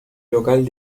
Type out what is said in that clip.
local